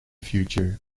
future